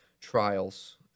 trials